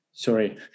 Sorry